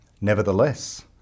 Nevertheless